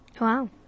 Wow